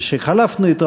כשחלפנו אתו,